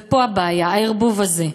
פה הבעיה, הערבוב הזה.